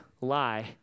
lie